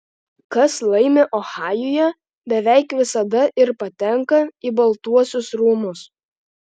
kas laimi ohajuje beveik visada ir patenka į baltuosius rūmus